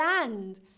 land